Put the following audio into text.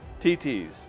TTs